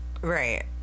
Right